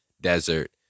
desert